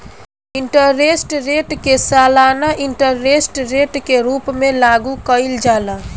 interest rate के सालाना interest rate के रूप में लागू कईल जाला